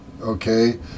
okay